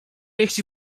jeśli